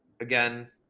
again